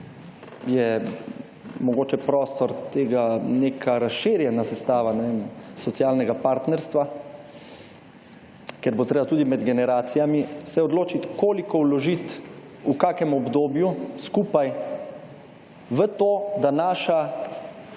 je mogoče prostor tega neka razširjena sestava, ne vem, socialnega partnerstva, ker bo treba tudi med generacijami se odločiti, koliko vložiti v kakem obdobju skupaj v to, da naša,